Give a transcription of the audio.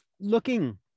looking